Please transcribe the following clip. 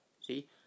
see